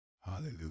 Hallelujah